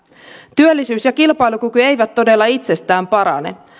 työllisyys ja kilpailukyky eivät todella itsestään parane